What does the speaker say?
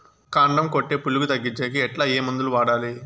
కాండం కొట్టే పులుగు తగ్గించేకి ఎట్లా? ఏ మందులు వాడాలి?